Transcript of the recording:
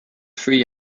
free